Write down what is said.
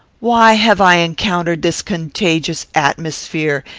why have i encountered this contagious atmosphere,